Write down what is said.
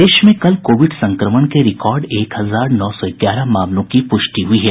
प्रदेश में कल कोविड संक्रमण के रिकार्ड एक हजार नौ सौ ग्यारह मामलों की पुष्टि हुई है